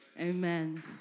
Amen